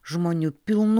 žmonių pilnų